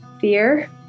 Fear